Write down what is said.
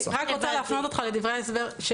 אני רוצה להפנות אותך לדברי ההסבר.